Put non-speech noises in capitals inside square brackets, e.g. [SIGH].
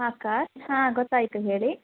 ಹಾಂ [UNINTELLIGIBLE] ಹಾಂ ಗೊತ್ತಾಯಿತು ಹೇಳಿ